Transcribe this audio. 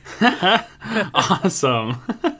Awesome